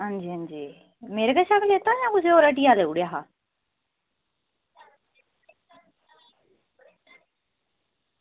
आं जी आं जी मेरे कशा लैता जां कुसै होर हट्टिया लेई ओड़ेआ हा